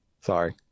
Sorry